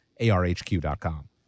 ARHQ.com